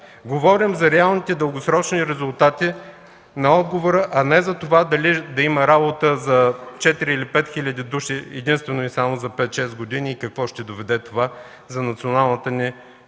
Говорим за реалните дългосрочни резултати на отговора, а не дали да има работа за 4 или 5 хил. души единствено и само за 5-6 години какво ще доведе това за националната ни сигурност.